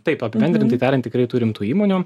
taip apibendrintai tariant turim tų įmonių